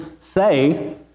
say